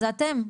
זה אתם,